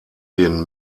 den